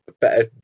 better